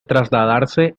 trasladarse